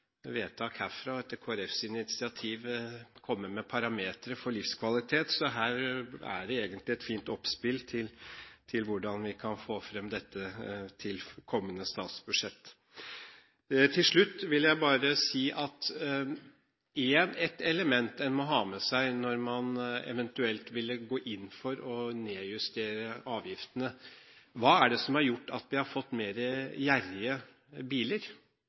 herfra og etter Kristelig Folkepartis initiativ, komme med parametre for livskvalitet, så her er det egentlig et fint oppspill til hvordan vi kan få fram dette til kommende statsbudsjett. Til slutt vil jeg bare peke på et element man må ha med seg når man eventuelt vil gå inn for å nedjustere avgiftene: Hva er det som har gjort at vi har fått mer gjerrige biler